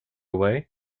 away